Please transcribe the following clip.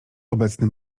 obecnym